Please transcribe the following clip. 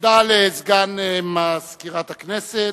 תודה לסגן מזכירת הכנסת.